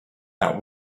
that